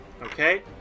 Okay